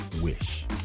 wish